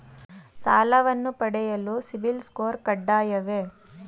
ಸಾಲವನ್ನು ಪಡೆಯಲು CIBIL score ಕಡ್ಡಾಯವೇ?